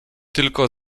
tylko